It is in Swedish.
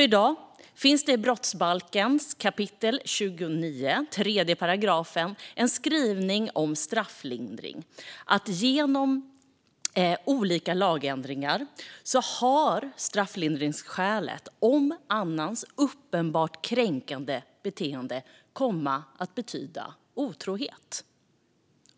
I dag finns det i 29 kap. 3 § brottsbalken en skrivning om strafflindring, och genom olika lagändringar har strafflindringsskälet om annans uppenbart kränkande beteende kommit att betyda otrohet.